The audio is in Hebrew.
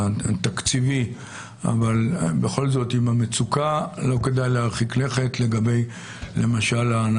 אבל עם המצוקה לא כדאי להרחיק לכת לגבי ההנחה,